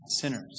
sinners